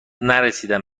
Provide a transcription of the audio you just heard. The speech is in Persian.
نرسیدم